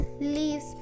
leaves